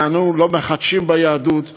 ואנו לא מחדשים ביהדות דבר,